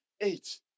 eight